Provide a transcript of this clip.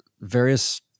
various